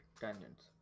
tangents